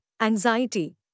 anxiety